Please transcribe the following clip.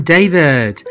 David